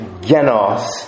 genos